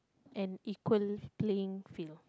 an equal playing field